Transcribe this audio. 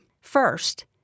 First